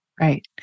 Right